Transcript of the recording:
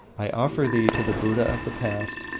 i offer thee to the buddhas of the past,